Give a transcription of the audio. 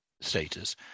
status